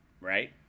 right